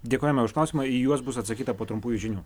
dėkojame už klausimą į juos bus atsakyta po trumpųjų žinių